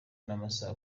n’amasaha